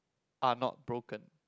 are not broken